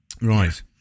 Right